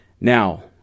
Now